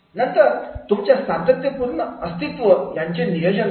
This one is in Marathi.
नंतर तुमच्या सातत्यपूर्ण अस्तित्व याचे नियोजन करा